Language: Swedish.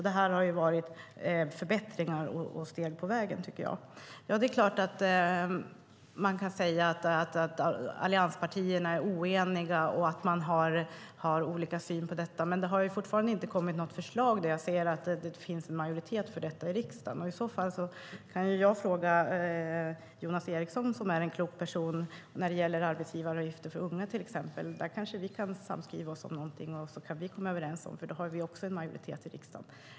Detta är förbättringar och steg på vägen, tycker jag. Det är klart att man kan säga att allianspartierna är oeniga och att vi har olika syn på detta, men det har fortfarande inte kommit något förslag som det finns majoritet för i riksdagen. Jag frågar Jonas Eriksson, som är en klok person, om arbetsgivaravgifter för unga eller restaurangmomsen. Där kanske vi kan samskriva något och komma överens, för då har vi en majoritet i riksdagen.